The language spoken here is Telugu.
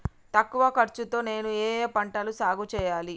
తక్కువ ఖర్చు తో నేను ఏ ఏ పంటలు సాగుచేయాలి?